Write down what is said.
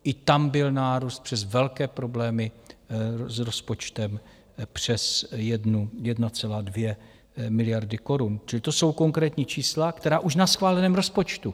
I tam byl nárůst přes velké problémy s rozpočtem přes 1,2 miliardy korun, čili to jsou konkrétní čísla už na schváleném rozpočtu.